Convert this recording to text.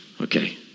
Okay